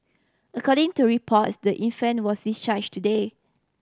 according to reports the infant was discharge today